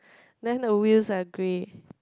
then the wheels are grey